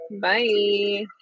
bye